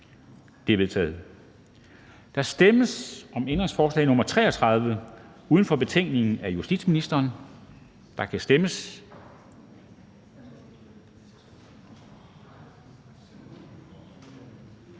De er vedtaget. Der stemmes om ændringsforslag nr. 33 uden for betænkningen af justitsministeren. Der kan stemmes.